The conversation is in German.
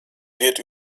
wird